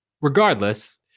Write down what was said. regardless